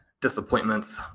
disappointments